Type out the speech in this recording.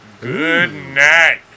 Goodnight